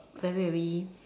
very very